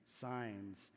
signs